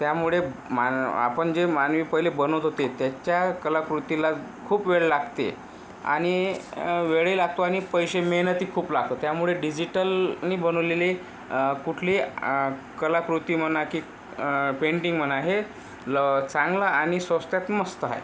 त्यामुळे मा आपण जे मानवी पहिले बनवत होते त्याच्या कलाकृतीला खूप वेळ लागते आणि वेळही लागतो आणि पैसे मेहनतही खूप लागते त्यामुळे डिजिटलनी बनवलेले कुठले कलाकृती म्हणा की पेंटिंग म्हणा हे ल चांगलं आणि स्वस्तात मस्त आहे